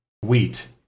wheat